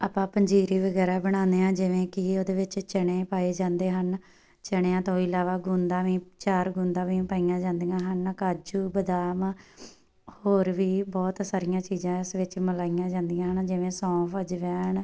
ਆਪਾਂ ਪੰਜੀਰੀ ਵਗੈਰਾ ਬਣਾਉਂਦੇ ਹਾਂ ਜਿਵੇਂ ਕਿ ਉਸ ਦੇ ਵਿੱਚ ਚਨੇ ਪਾਏ ਜਾਂਦੇ ਹਨ ਚਨਿਆਂ ਤੋਂ ਇਲਾਵਾ ਗੁੰਦਾ ਵੀ ਚਾਰ ਗੁੰਦਾ ਵੀ ਪਾਈਆਂ ਜਾਂਦੀਆਂ ਹਨ ਕਾਜੂ ਬਦਾਮ ਹੋਰ ਵੀ ਬਹੁਤ ਸਾਰੀਆਂ ਚੀਜ਼ਾਂ ਇਸ ਵਿੱਚ ਮਿਲਾਈਆਂ ਜਾਂਦੀਆਂ ਹਨ ਜਿਵੇਂ ਸੌਂਫ ਅਜਵਾਇਣ